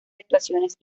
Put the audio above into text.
actuaciones